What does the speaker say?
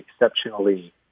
exceptionally